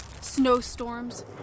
snowstorms